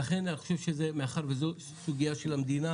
ולכן מאחר שזאת סוגיה של המדינה